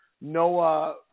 Noah